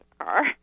car